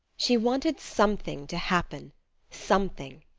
she wanted something to happen something,